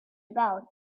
about